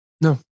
No